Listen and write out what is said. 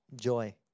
Joy